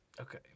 Okay